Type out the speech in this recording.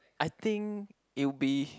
I think it would be